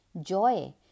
joy